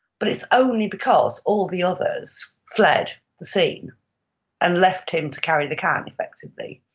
but it's only because all the others fled the scene and left him to carry the can, effectively.